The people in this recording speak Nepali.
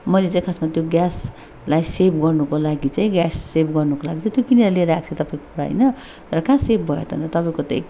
मैले चाहिँ खासमा त्यो ग्यासलाई सेभ गर्नुको लागि चाहिँ ग्यास सेभ गर्नुको लागि चाहिँ त्यो किनेर लिएर आएको थिएँ तपाईँकोबाट होइन तर कहाँ सेभ भयो त अन्त तपाईँको त्यहाँ